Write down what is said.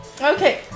Okay